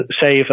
save